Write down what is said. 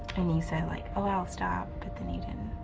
and you said, like, oh, i'll stop. but then you didn't.